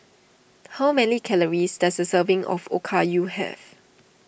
how many calories does a serving of Okayu have